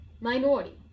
minority